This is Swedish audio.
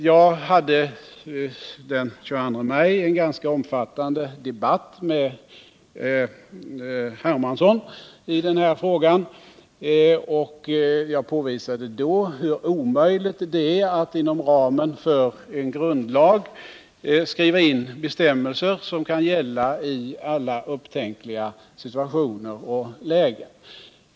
Jag hade den 22 maj en ganska omfattande debatt med herr Hermansson i den här frågan, och jag påvisade då hur omöjligt det är att inom ramen för en grundlag skriva in bestämmelser som kan gälla i alla upptänkliga situationer och lägen.